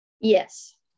Yes